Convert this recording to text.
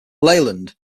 leyland